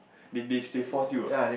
they they they force you ah